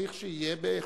צריך שיהיה,